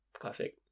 Classic